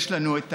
יש לנו את